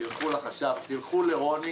תלכו לחשב, תלכו לרוני